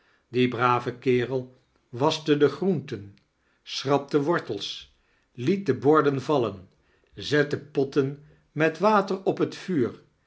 die brave kerel waschte de groenten schrapte wortefe met de borden vallen zette potten met water op het vuur